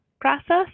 process